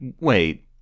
Wait